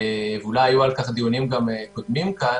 ואולי היו על כך גם דיונים קודמים כאן,